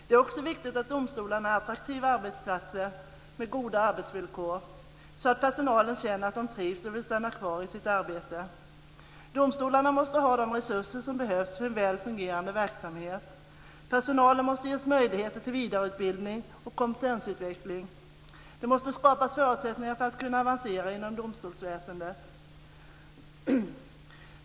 Det är också viktigt att domstolarna är attraktiva arbetsplatser med goda arbetsvillkor så att personalen känner att de trivs och vill stanna kvar i sitt arbete. Domstolarna måste ha de resurser som behövs för en väl fungerande verksamhet. Personalen måste ges möjligheter till vidareutbildning och kompetensutveckling. Det måste skapas förutsättningar för att kunna avancera inom domstolsväsendet.